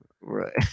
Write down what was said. Right